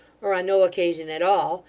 or on no occasion at all,